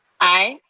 aye.